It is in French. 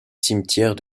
cimetière